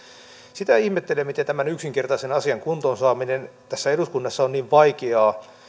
sitä ihmettelen miten tämän yksinkertaisen asian kuntoonsaaminen tässä eduskunnassa on niin vaikeaa